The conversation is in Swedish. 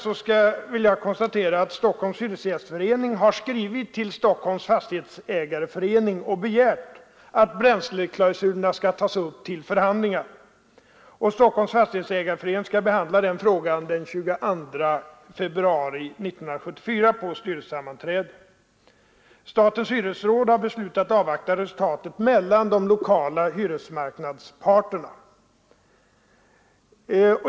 Jag vill konstatera att Stockholms hyresgästförening har skrivit till Stockholms fastighetsägareförening och begärt att bränsleklausulerna skall tas upp till förhandlingar. Stockholms fastighetsägareförening skall behandla den frågan den 22 februari 1974 på styrelsesammanträde. Statens hyresråd har beslutat avvakta resultatet av överläggningarna mellan de lokala hyresmarknadsparterna.